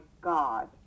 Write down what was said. God